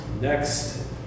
next